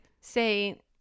Say